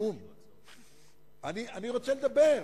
אני רוצה לדבר.